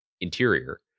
interior